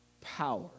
power